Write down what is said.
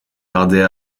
tarder